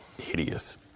hideous